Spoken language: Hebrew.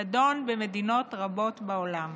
נדון במדינות רבות בעולם